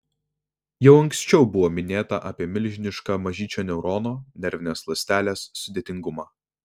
jau anksčiau buvo minėta apie milžinišką mažyčio neurono nervinės ląstelės sudėtingumą